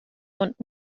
und